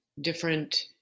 different